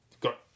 Got